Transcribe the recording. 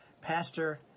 Pastor